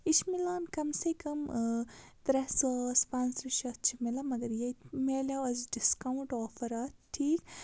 یہِ چھُ مِلان کَم سے کَم ترٛےٚ ساس پانٛژترٕٛہ شَتھ چھِ مِلان مَگر ییٚتہِ ملیو اَسہِ ڈِسکاوُنٛٹ آفَر اَتھ ٹھیٖک